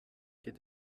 geht